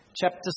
chapter